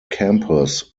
campus